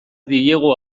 diegu